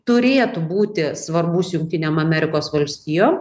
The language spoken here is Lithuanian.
turėtų būti svarbus jungtinėm amerikos valstijo